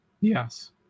Yes